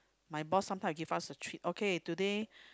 my boss sometime will give us a treat okay today